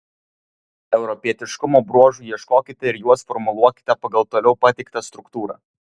europietiškumo bruožų ieškokite ir juos formuluokite pagal toliau pateiktą struktūrą